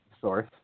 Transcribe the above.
source